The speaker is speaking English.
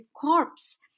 corpse